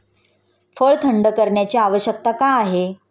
फळ थंड करण्याची आवश्यकता का आहे?